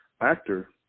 actor